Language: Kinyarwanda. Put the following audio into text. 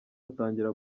atangira